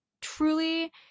truly